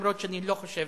אבל אני לא חושב